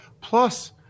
Plus